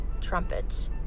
trumpet